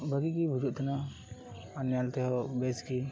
ᱵᱷᱟᱹᱜᱤ ᱜᱤ ᱵᱩᱡᱽᱼᱮ ᱛᱟᱦᱮᱱᱟ ᱟᱨ ᱧᱮᱞ ᱛᱮᱦᱚᱸ ᱵᱮᱥ ᱜᱮ